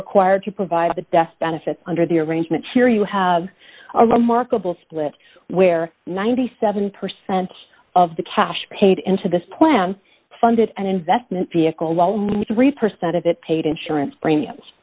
required to provide the death benefit under the arrangement here you have a remarkable split where ninety seven percent of the cash paid into this plan funded an investment vehicle well maybe three percent of it paid insurance premiums